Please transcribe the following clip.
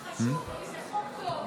זה חשוב, כי זה חוק טוב.